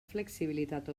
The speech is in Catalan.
flexibilitat